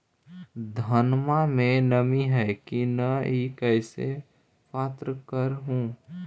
धनमा मे नमी है की न ई कैसे पात्र कर हू?